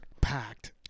packed